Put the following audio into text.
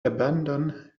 abandon